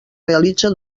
realitza